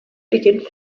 beginnt